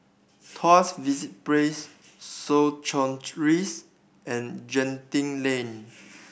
Tuas Place Soo Chow Rise and Genting Lane